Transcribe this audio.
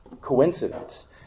coincidence